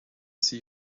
see